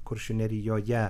kuršių nerijoje